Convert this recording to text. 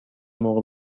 موقع